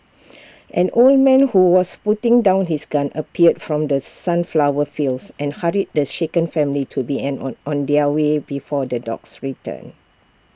an old man who was putting down his gun appeared from the sunflower fields and hurried the shaken family to be an on on their way before the dogs return